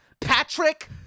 Patrick